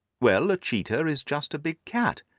well, a cheetah is just a big cat,